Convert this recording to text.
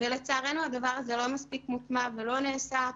לצערנו הדבר הזה לא מספיק מוטמע ולא נעשה.